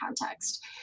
context